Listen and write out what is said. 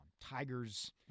Tigers